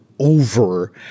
over